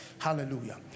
Hallelujah